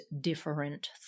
different